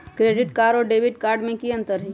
Credit card और debit card में की अंतर हई?